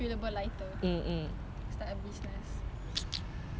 I don't want I really don't want